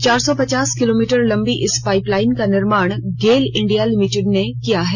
चार सौ पचास किलोमीटर लंबी इस पाइपलाइन का निर्माण गेल इंडिया लिमिटेड ने किया है